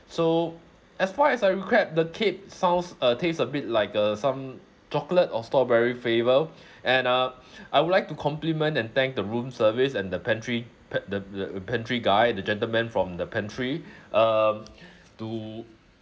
so as far as I recalled the cake sounds uh tastes a bit like uh some chocolate or strawberry flavour and uh I would like to compliment and thank the room service and the pantry pa~ the the the pantry guy the gentleman from the pantry um to